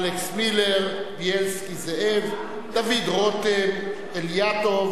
אלכס מילר, בילסקי זאב, דוד רותם, אילטוב